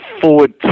forward